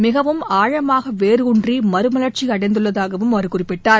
மிகவும் ஆழமாக வேருன்றி மறுமலர்ச்சி அடைந்துள்ளதாகவும் அவர் குறிப்பிட்டார்